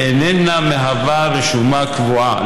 ואיננה מהווה רשומה קבועה.